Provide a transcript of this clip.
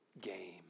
game